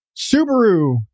Subaru